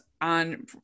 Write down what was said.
on